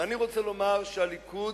אני רוצה לומר שהליכוד